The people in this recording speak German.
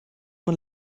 man